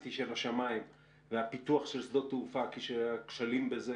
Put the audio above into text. הקפסיטי של השמיים והפיתוח של שדות תעופה כשהכשלים בזה